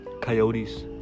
coyotes